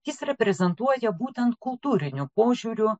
jis reprezentuoja būtent kultūriniu požiūriu